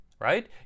right